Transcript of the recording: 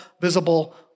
visible